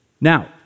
Now